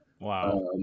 Wow